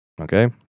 Okay